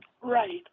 Right